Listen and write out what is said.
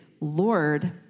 Lord